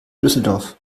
düsseldorf